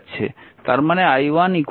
তার মানে i1 i2 i3